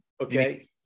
Okay